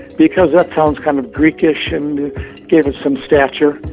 because that sounds kind of greek-ish and gave it some stature.